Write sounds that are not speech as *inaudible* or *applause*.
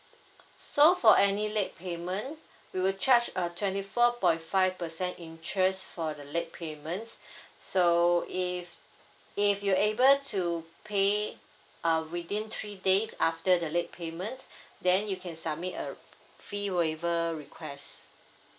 so for any late payment we will charge a twenty four point five percent interest for the late payments *breath* so if if you able to pay uh within three days after the late payment *breath* then you can submit a fee waiver requests